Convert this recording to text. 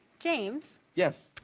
james. yes.